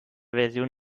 version